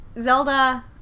Zelda